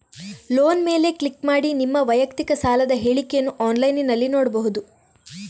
loan ಮೇಲೆ click ಮಾಡಿ ನಿಮ್ಮ ವೈಯಕ್ತಿಕ ಸಾಲದ ಹೇಳಿಕೆಯನ್ನ ಆನ್ಲೈನಿನಲ್ಲಿ ನೋಡ್ಬಹುದು